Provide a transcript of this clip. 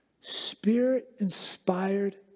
spirit-inspired